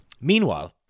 Meanwhile